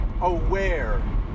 aware